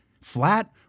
flat